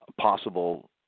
possible